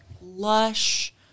lush